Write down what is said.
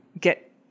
get